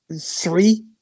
three